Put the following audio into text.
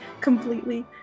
completely